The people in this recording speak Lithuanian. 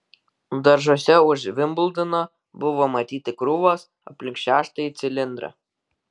daržuose už vimbldono buvo matyti krūvos aplink šeštąjį cilindrą